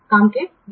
काम के दिन